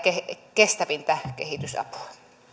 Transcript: kestävintä kehitysapua arvoisa